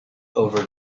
over